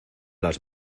las